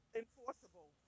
enforceable